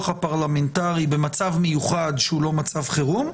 הפרלמנטרי במצב מיוחד שהוא לא מצב חירום,